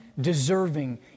deserving